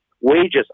wages